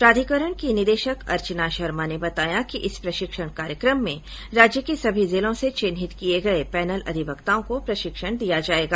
प्राधिकरण की निदेशक अर्चना शर्मा ने बताया कि इस प्रशिक्षण कार्यक्रम में राज्य के सभी जिलों से चिन्हित किये गये पैनल अधिवक्ताओं को प्रशिक्षण दिया जायेगा